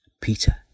Peter